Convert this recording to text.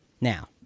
Now